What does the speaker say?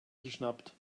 geschnappt